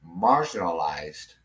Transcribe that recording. marginalized